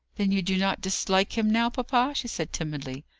then you do not dislike him now, papa? she said, timidly.